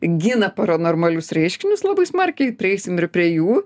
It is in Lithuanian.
gina paranormalius reiškinius labai smarkiai prieisim ir prie jų